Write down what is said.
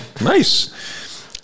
nice